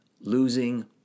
losing